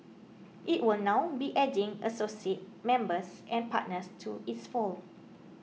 it will now be adding associate members and partners to its fold